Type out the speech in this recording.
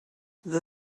the